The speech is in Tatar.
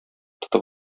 тотып